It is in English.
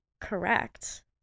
correct